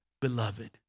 Beloved